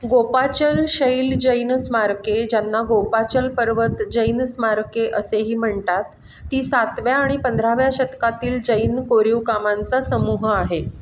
गोपाचल शैल जैन स्मारके ज्यांना गोपाचल पर्वत जैन स्मारके असेही म्हणतात ती सातव्या आणि पंधराव्या शतकातील जैन कोरीव कामांचा समूह आहे